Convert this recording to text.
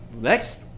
next